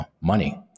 money